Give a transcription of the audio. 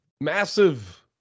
massive